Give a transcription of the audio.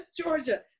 Georgia